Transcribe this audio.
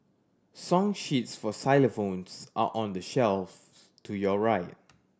song sheets for xylophones are on the shelves to your right